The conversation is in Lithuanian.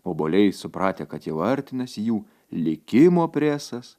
obuoliai supratę kad jau artinasi jų likimo presas